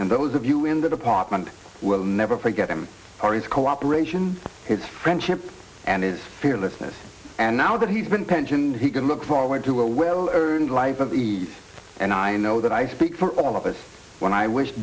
and those of you in the department will never forget him or his cooperation it's friendship and it's fearlessness and now that he's been pensioned he can look forward to a well earned life of ease and i know that i speak for all of us when i wish